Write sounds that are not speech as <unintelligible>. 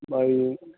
<unintelligible>